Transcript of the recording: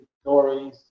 stories